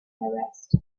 arrest